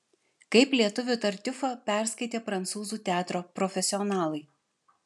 kaip lietuvių tartiufą perskaitė prancūzų teatro profesionalai